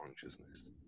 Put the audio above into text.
consciousness